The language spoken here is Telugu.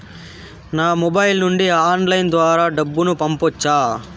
నా మొబైల్ నుండి ఆన్లైన్ ద్వారా డబ్బును పంపొచ్చా